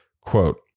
Quote